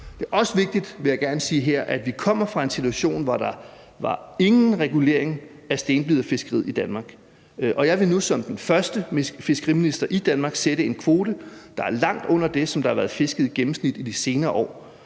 Det er også vigtigt at sige her, at vi kommer fra en situation, hvor der ingen regulering var af stenbiderfiskeriet i Danmark. Jeg vil nu som den første fiskeriminister i Danmark sætte en kvote, der er langt under det, som der har været fisket i gennemsnit i de senere år.